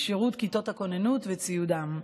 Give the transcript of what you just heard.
כשירות כיתות הכוננות וציודם.